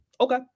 Okay